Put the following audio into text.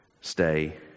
stay